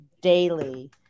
daily